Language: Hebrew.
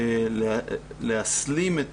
להסלים את